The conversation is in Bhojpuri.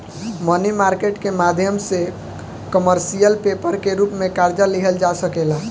मनी मार्केट के माध्यम से कमर्शियल पेपर के रूप में कर्जा लिहल जा सकेला